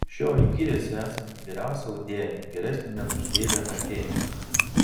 šioji gyrėsi esanti geriausia audėja geresnė net už deivę atėnę